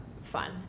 fun